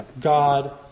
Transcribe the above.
God